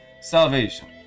salvation